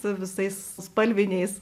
su visais spalviniais